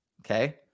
Okay